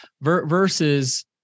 Versus